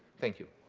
thank you.